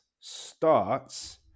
starts